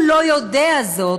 הוא לא יודע זאת,